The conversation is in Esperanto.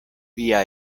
via